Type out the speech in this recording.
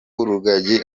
rugagi